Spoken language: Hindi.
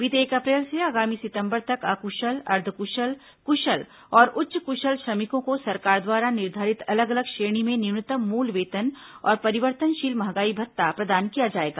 बीते एक अप्रैल से आगामी सितंबर तक अकुशल अर्द्व कुशल कुशल और उच्च कुशल श्रमिकों को सरकार द्वारा निर्धारित अलग अलग श्रेणी में न्यूनतम मूल वेतन और परिवर्तनशील महंगाई भत्ता प्रदान किया जाएगा